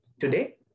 today